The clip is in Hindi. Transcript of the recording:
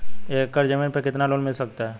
एक एकड़ जमीन पर कितना लोन मिल सकता है?